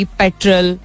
petrol